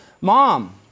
Mom